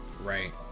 right